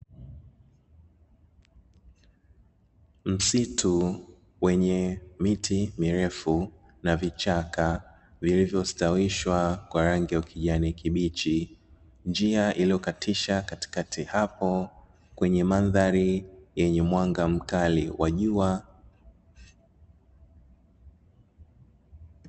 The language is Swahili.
Msitu wenye miti mirefu na vichaka vilivyostawishwa kwa rangi ya kijani kibichi, njia iliyokatisha katikati hapo, kwenye mandhari yenye mwanga mkali wa jua.